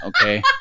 Okay